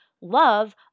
love